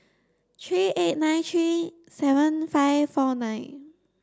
three eight nine three seven five four nine